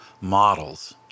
models